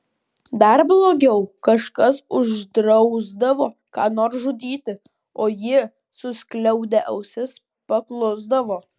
dar blogiau kažkas uždrausdavo ką nors žudyti o jie suskliaudę ausis paklusdavo